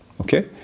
okay